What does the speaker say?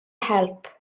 help